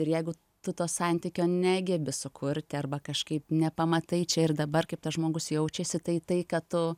ir jeigu tu to santykio negebi sukurti arba kažkaip nepamatai čia ir dabar kaip tas žmogus jaučiasi tai tai kad tu